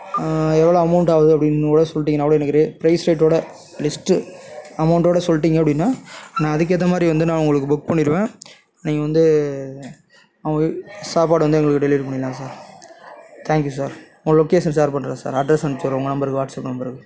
எவ்வளோ அமௌண்ட் ஆகுது அப்படின்னு கூட சொல்லிட்டிங்கன்னா கூட எனக்கு ரேட் ப்ரைஸ் ரேட்டோட லிஸ்ட்டு அமௌண்ட்டோட சொல்லிட்டீங்க அப்படின்னா நான் அதுக்கேற்ற மாதிரி வந்து நான் உங்களுக்கு புக் பண்ணிடுவேன் நீங்கள் வந்து அவங்க சாப்பாடு வந்து எங்களுக்கு டெலிவரி பண்ணிடலாம் sir thank you sir location share பண்ணுறேன் சார் அட்ரஸ் அனுப்பிசி விட்றேன் உங்கள் நம்பருக்கு வாட்ஸப் நம்பருக்கு